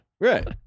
right